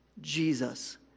Jesus